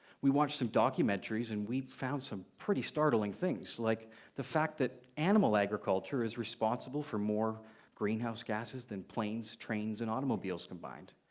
we watched some documentaries, and we found some pretty startling things, like the fact that animal agriculture is responsible for more greenhouse gases than planes, trains, and automobiles combined,